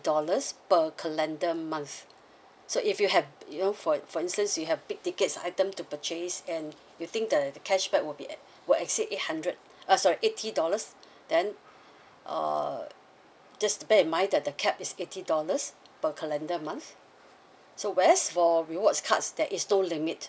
dollars per calendar month so if you have you know for for instance you have big tickets item to purchase and you think that the cashback will be at will exceed eight hundred uh sorry eighty dollars then err just bear in mind that the cap is eighty dollars per calendar month so whereas for rewards cards there is no limit